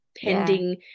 pending